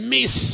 Miss